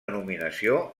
nominació